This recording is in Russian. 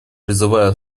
призываю